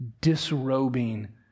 disrobing